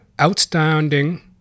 outstanding